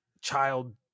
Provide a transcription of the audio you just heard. child